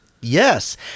Yes